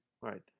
Right